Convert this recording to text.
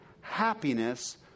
happiness